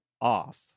off